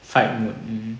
fight mode mmhmm